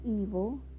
evil